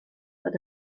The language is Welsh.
fod